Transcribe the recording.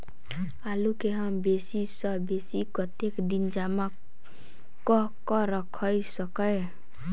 आलु केँ हम बेसी सऽ बेसी कतेक दिन जमा कऽ क राइख सकय